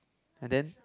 and then